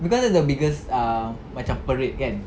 cause it's the biggest uh macam parade kan